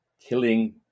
killing